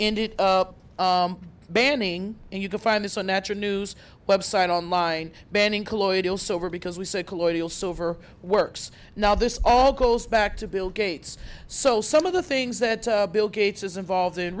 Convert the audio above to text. ended up banning and you can find this unnatural news website online banning colloidal silver because we say colloidal silver works now this all goes back to bill gates so some of the things that bill gates is involved in